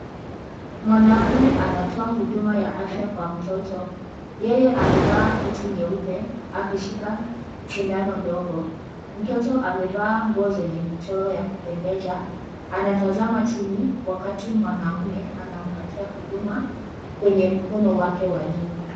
Mwanaume anatoa huduma ya afya kwa mtoto. Yeye amevaa koti nyeupe, akishika sindano ndogo. Mtoto amevaa nguo zenye michoro ya kupendeza, anatazama chini wakati mwanaume anampatia huduma kwenye mkono wake wa juu.